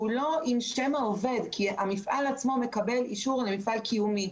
שהוא לא עם שם העובד כי המפעל עצמו מקבל אישור על היותו מפעל קיומי,